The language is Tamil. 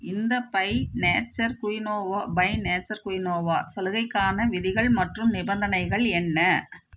இந்த by nature quinoa by nature quinoa சலுகைக்கான விதிகள் மற்றும் நிபந்தனைகள் என்ன